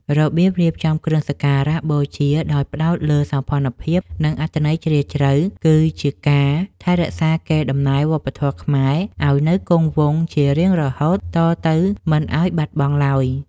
របៀបរៀបចំគ្រឿងសក្ការៈបូជាដោយផ្ដោតលើសោភ័ណភាពនិងអត្ថន័យជ្រាលជ្រៅគឺជាការថែរក្សាកេរដំណែលវប្បធម៌ខ្មែរឱ្យនៅគង់វង្សជារៀងរហូតតទៅមិនឱ្យបាត់បង់ឡើយ។